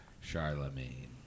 Charlemagne